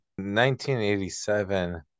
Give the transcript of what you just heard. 1987